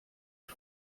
nur